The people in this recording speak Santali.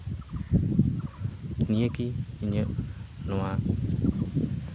ᱱᱤᱭᱟᱹ ᱜᱮ ᱤᱧᱟᱹᱜ ᱱᱚᱣᱟ